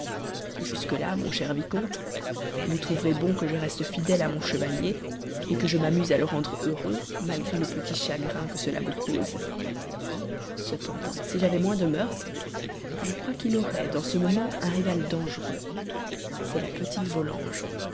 jusques là mon cher vicomte vous trouverez bon que je reste fidèle à mon chevalier que je m'amuse à le rendre heureux malgré le petit chagrin que cela vous cause cependant si j'avais moins de mœurs je crois qu'il aurait dans ce moment un rival dangereux c'est la petite